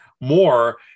more